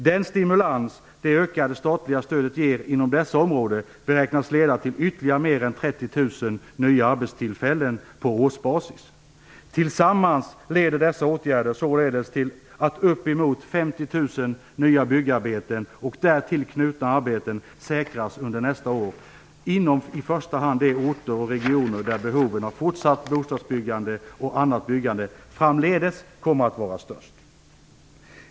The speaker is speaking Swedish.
Den stimulans det ökade statliga stödet ger inom dessa områden beräknas leda till ytterligare mer än Tillsammans leder dessa åtgärder således till att upp mot 50 000 nya byggarbeten och därtill knutna arbeten säkras under nästa år inom i första hand de orter och regioner där behoven av fortsatt bostadsbyggande och annat byggande framdeles kommer att vara störst.